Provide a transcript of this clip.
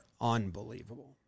unbelievable